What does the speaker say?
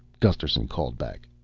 gusterson called back.